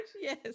Yes